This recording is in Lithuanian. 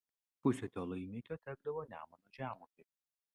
pusė to laimikio tekdavo nemuno žemupiui